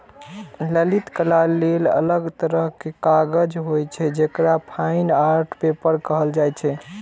ललित कला लेल अलग तरहक कागज होइ छै, जेकरा फाइन आर्ट पेपर कहल जाइ छै